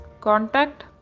contact